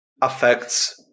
affects